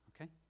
Okay